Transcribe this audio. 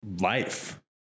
life